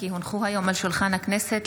כי הונחו היום על שולחן הכנסת,